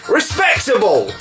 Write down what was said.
Respectable